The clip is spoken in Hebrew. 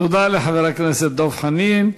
תודה לחבר הכנסת דב חנין.